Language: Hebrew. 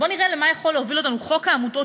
בואו נראה למה יכול להוביל אותנו חוק העמותות